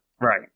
right